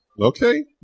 Okay